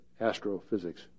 astrophysics